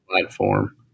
platform